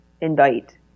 invite